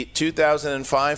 2005